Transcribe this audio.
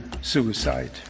suicide